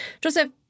Joseph